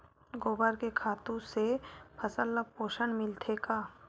गोबर के खातु से फसल ल पोषण मिलथे का?